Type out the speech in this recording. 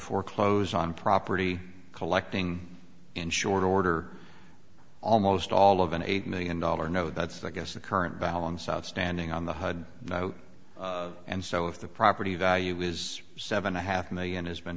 foreclose on property collecting in short order almost all of an eight million dollar no that's the guess the current balance outstanding on the hud and so if the property value is seven a half million has been